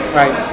right